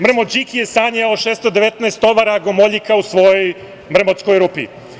Mrmot Điki je sanjao o 619 tovara gomoljika u svojoj mrmotskoj rupi.